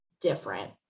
different